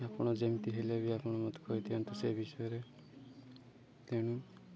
ଆପଣ ଯେମିତି ହେଲେ ବି ଆପଣ ମୋତେ କହିଦିଅନ୍ତୁ ସେ ବିଷୟରେ ତେଣୁ